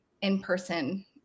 in-person